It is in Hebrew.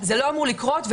זה לא אמור לקרות,